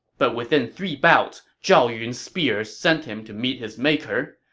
but within three bouts, zhao yun's spear sent him to meet his maker,